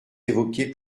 évoquez